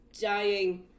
dying